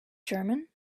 german